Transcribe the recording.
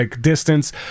distance